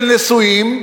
של נישואים,